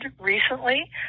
recently